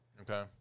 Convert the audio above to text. Okay